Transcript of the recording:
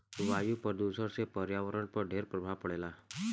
वायु प्रदूषण से पर्यावरण पर ढेर प्रभाव पड़ेला